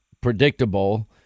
predictable